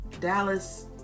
Dallas